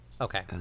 Okay